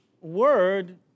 word